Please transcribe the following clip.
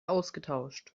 ausgetauscht